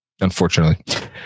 Unfortunately